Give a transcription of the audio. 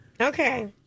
Okay